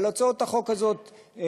אבל הצעת החוק הזאת,